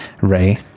Ray